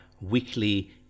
weekly